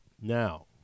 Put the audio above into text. now